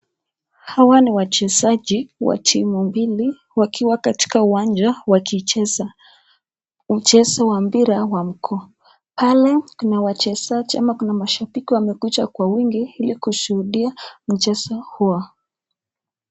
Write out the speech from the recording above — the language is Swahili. Hawa ni wachezaji wa timu mbili wakiwa katika uwanja wakicheza, mchezo wa mpira wa mkono. Pale kuna wachezaji, ama kuna mashabiki waliokuja kwa wingi ili kushuhudia mchezo huo.